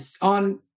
on